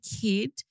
kid